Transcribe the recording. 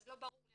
אז לא ברור לי,